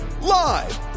Live